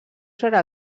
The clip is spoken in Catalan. sobre